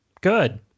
good